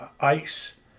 ice